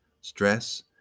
Stress